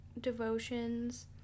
devotions